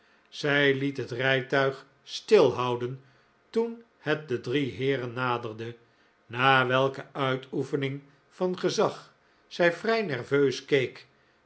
zij liet het rijtuig stilhouden toen het de drie heeren naderde na welke uitoefening van gezag zij vrij nerveus keek